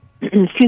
excuse